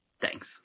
Thanks